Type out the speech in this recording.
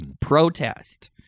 protest